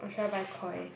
or should I buy Koi